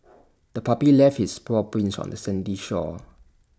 the puppy left its paw prints on the sandy shore